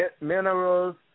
Minerals